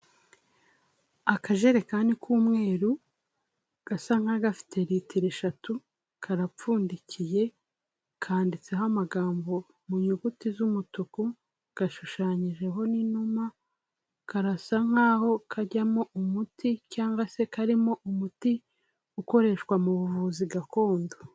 Akajerekani k'umweru gasa nka gafite litiro eshatu, karapfundikiye kanditseho amagambo mu nyuguti z'umutuku, gashushanyijeho n'inuma, karasa nk'aho kajyamo umuti cyangwa se karimo umuti ukoreshwa mu buvuzi gakondo.